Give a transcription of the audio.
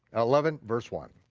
eleven, verse one.